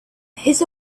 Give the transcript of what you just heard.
his